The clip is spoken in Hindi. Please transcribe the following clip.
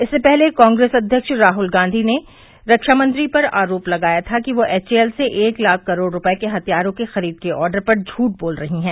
इससे पहले कांग्रेस अध्यक्ष राहुल गांधी ने रक्षामंत्री पर आरोप लगाया था कि वे एच ए एल से एक लाख करोड़ रूपए के हथियारों की खरीद के आर्डर पर झूठ बोल रही हैं